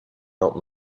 not